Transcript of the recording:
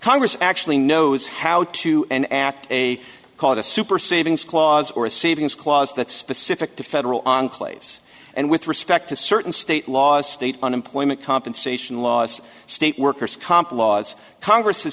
congress actually knows how to act a called a super savings clause or a savings clause that specific to federal enclaves and with respect to certain state laws state unemployment compensation laws state workers comp laws congress has